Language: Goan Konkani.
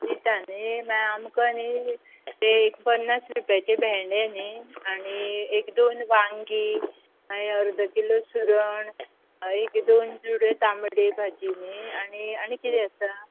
दिता न्हय मागीर आमकां न्हय ते एक पन्नास रूपयाचे भेंडे न्हय आनी एक दोन वायंगीं आनी अर्द किलो सुरण एक दोन चुडयो तांबडे भाजी न्हय आनी आनी कितें आसा